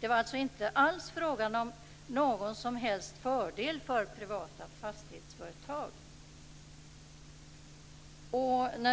Det var alltså inte alls fråga om någon som helst fördel för privata fastighetsföretag.